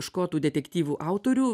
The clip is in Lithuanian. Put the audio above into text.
škotų detektyvų autorių